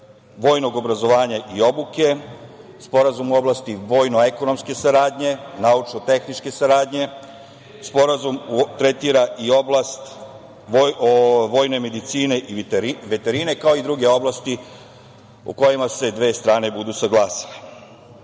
vojnog obrazovanja i obuke, sporazum u oblasti vojno-ekonomske saradnje, naučno-tehničke saradnje, sporazum tretira i oblast vojne medicine i veterine, kao i druge oblasti o kojima se dve strane budu saglasile. Ovo